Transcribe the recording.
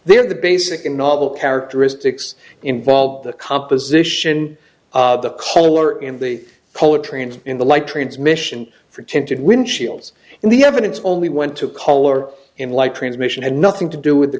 there the basic in novel characteristics involved the composition the color in the poetry and in the light transmission for tinted windshields and the evidence only went to color in light transmission had nothing to do with the